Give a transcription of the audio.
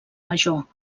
major